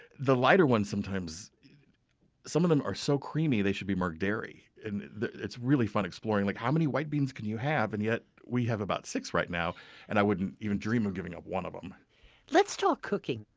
the lighter ones, sometimes some of them are so creamy they should be marked dairy. and it's really fun exploring like how many white beans can you have, and yet we have about six right now and i wouldn't even dream of giving up one of them let's talk cooking.